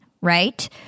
right